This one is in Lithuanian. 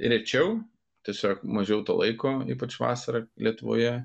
rečiau tiesiog mažiau to laiko ypač vasarą lietuvoje